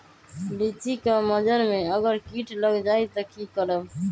लिचि क मजर म अगर किट लग जाई त की करब?